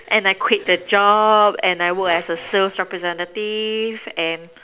and I quit the job and I work as a sales representative and